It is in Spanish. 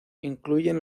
incluyen